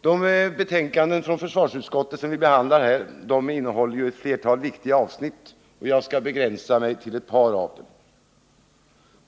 De betänkanden från försvarsutskottet som vi behandlar här innehåller ju ett flertal viktiga avsnitt, och jag skall begränsa mig till ett par av dem.